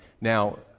Now